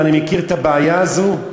אני מכיר את הבעיה הזאת,